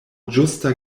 ĝusta